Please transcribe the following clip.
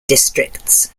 districts